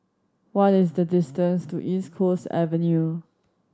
what is the distance to East Coast Avenue